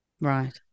Right